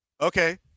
Okay